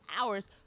hours